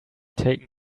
taken